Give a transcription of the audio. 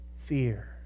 fear